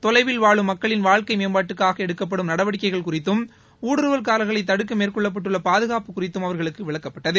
தொலைவில் வாழும் மக்களின் வாழ்க்கை மேம்பாட்டுக்காக எடுக்கப்படும் நடவடிக்கைகள் குறிததும் ஊடுருவல்காரர்களைத் தடுக்க மேற்கொள்ளப்பட்டுள்ள பாதுகாப்பு குறித்தும் அவர்களுக்கு விளக்கப்பட்டது